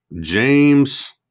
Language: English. James